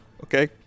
okay